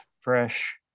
fresh